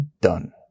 done